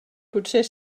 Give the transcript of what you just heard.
potser